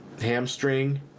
hamstring